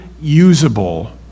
usable